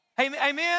Amen